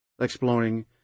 exploring